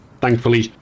Thankfully